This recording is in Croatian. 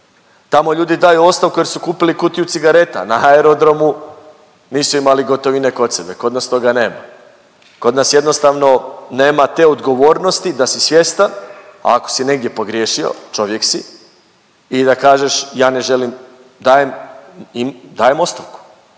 Tamo ljudi daju ostavku jer su kupili kutiju cigareta na aerodromu, nisu imali gotovine kod sebe. Kod nas toga nema, kod nas jednostavno nema te odgovornosti da si svjestan ako si negdje pogriješio, čovjek si, i da kažeš ja ne želim dajem ostavku